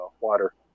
water